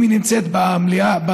אם היא נמצאת בכנסת,